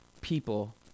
people